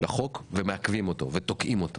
ומעכבים אותו ותוקעים אותו